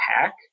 hack